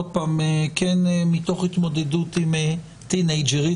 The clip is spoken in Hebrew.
מתוך התמודדות עם טינאייג'רית,